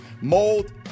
mold